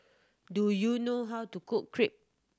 do you know how to cook Crepe